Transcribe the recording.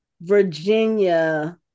Virginia